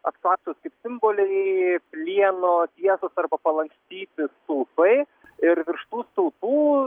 abstraktūs kaip simboliai plieno tiesūs arba palankstyti stulpai ir virš tų stulpų